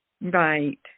Right